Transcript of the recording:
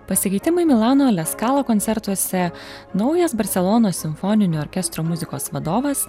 pasikeitimai milano aleskalo koncertuose naujas barselonos simfoninio orkestro muzikos vadovas